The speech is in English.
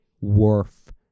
worth